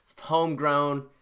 homegrown